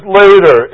later